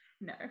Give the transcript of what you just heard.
No